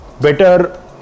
better